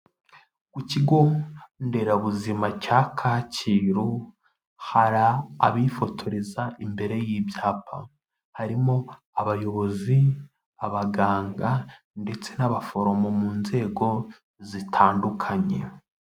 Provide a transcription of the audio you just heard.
Ku kigonderabuzima cya Kacyiru, hari abifotoreza imbere y'ibyapa, harimo abayobozi, abaganga ndetse n'abaforomo mu nzego zitandukanye.